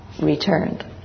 returned